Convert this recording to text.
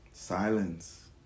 Silence